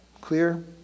Clear